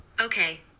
Okay